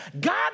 God